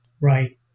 Right